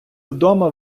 вдома